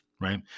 right